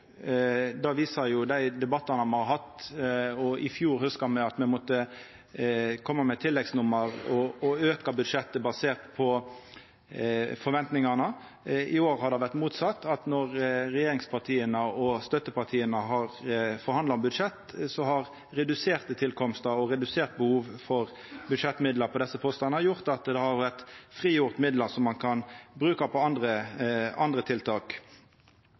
Det viser jo dei debattane me har hatt. I fjor, hugsar me, måtte me koma med tilleggsnummer og auka budsjettet basert på forventingane, i år har det vore motsett. Når regjeringspartia og støttepartia har forhandla om budsjettet, har reduserte tilkomstar og redusert behov for budsjettmidlar på desse postane gjort at det har vorte frigjort midlar som ein kan bruka på andre tiltak.